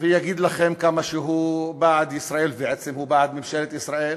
ויגיד לכם כמה הוא בעד ישראל ובעצם הוא בעד ממשלת ישראל,